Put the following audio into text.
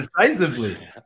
decisively